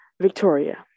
victoria